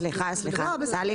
לא, סליחה, סליחה.